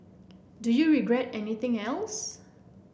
do you regret anything else